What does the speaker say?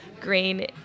Green